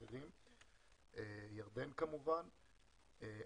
על ירדן כמובן ואחרים.